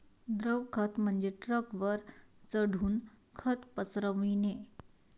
द्रव खत म्हणजे ट्रकवर चढून खत पसरविणे